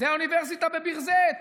זה האוניברסיטה בבית זית